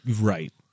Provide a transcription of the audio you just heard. Right